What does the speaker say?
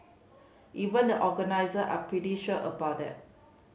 even the organiser are pretty sure about that